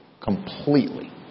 Completely